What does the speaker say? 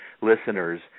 listeners